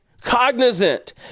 Cognizant